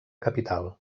capital